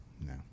no